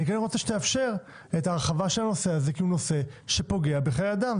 אני רוצה שתאפשר את ההרחבה של הנושא הזה כי זה נושא שפוגע בחיי אדם.